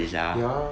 ya